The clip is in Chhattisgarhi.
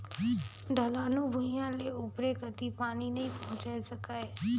ढलानू भुइयां ले उपरे कति पानी नइ पहुचाये सकाय